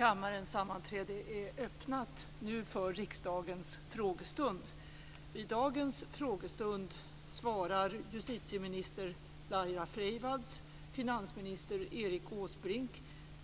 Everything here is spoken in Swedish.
Vid dagens frågestund medverkar justitieminister Laila Freivalds, finansminister Erik Åsbrink,